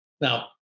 Now